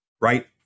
right